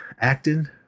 acting